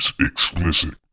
explicit